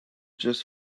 just